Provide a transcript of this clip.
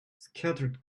scattered